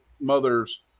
mother's